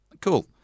Cool